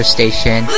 Station